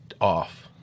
off